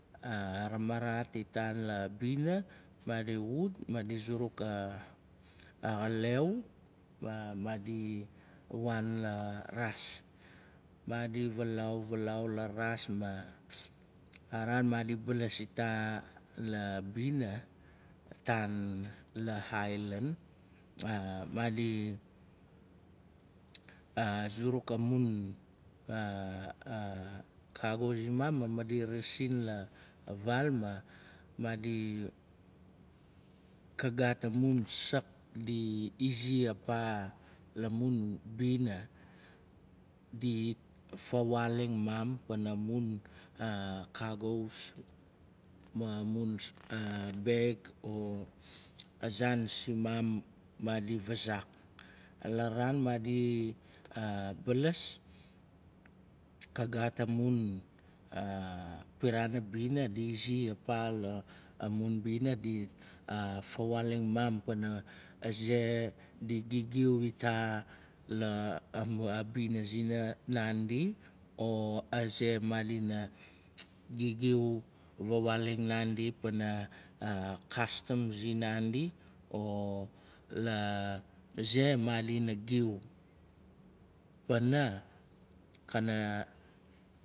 Ramaraat itaa la bina, maadi wut maadi zuruk a xaleu ma maadi waan la raas. Maadi valaau, valaau la raas, ma araan maadi balas ita la bina, atan la ailan, maadi zuruk amun kaaul simaam, ma maadi rasin la vaal ma maadi. Ka ga amun sak di zi apa la mun bina. Di fawaaling maam, pana mun kagos mamun beg, o zaan simam maadi vazak. La raan maadi balas, ka gaat amun piraan a bina apa lamun bina, di fawaaling maam pana aze, di gigiu ita la bina zina naandi o aze maadi na giu awaaling naandi wana kastam sin naandi o aze maadina giu.